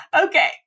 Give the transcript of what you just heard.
Okay